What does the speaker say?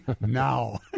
now